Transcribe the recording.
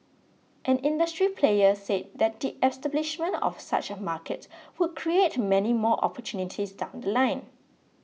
an industry player said that the establishment of such a market would create many more opportunities down The Line